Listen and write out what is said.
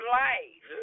life